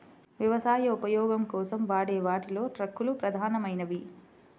వ్యవసాయ ఉపయోగం కోసం వాడే వాటిలో ట్రక్కులు ప్రధానమైనవి